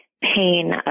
pain